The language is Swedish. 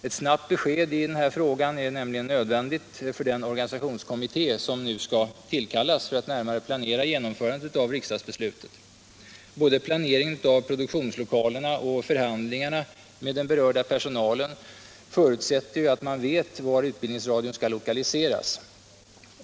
Ett snabbt besked i denna fråga är nämligen nödvändigt för den organisationskommitté som nu skall tillkallas för att närmare planera genomförandet av riksdagsbeslutet. — Nr 41 Både planeringen av produktionslokalerna och förhandlingarna med den Onsdagen den berörda personalen förutsätter att man vet var utbildningsradion skall 8 december 1976 lokaliseras.